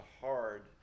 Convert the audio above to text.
hard